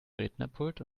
rednerpult